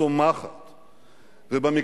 מה,